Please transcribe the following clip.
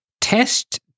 Test